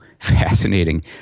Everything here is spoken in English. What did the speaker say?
fascinating